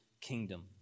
kingdom